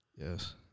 Yes